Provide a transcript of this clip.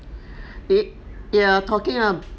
it ya talking uh